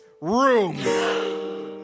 room